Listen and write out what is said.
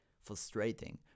frustrating